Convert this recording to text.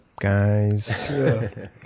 guys